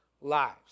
lives